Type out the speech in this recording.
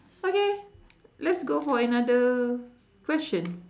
okay let's go for another question